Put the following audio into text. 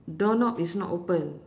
door knob is not open